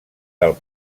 del